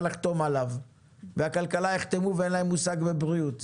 לחתום עליו ושהכלכלה יחתמו ואין להם מושג בבריאות.